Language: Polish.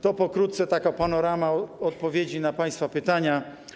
To pokrótce taka panorama odpowiedzi na państwa pytania.